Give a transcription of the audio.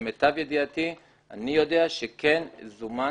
למיטב ידיעתי אני יודע שכן זומנתם.